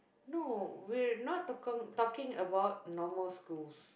no we're not talking talking about normal schools